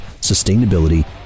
sustainability